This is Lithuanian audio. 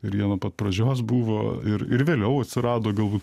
ir jie nuo pat pradžios buvo ir ir vėliau atsirado galbūt